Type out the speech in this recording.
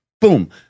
Boom